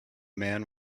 man